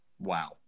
Wow